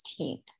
16th